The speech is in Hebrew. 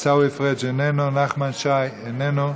עיסאווי פריג' איננו, נחמן שי, איננו,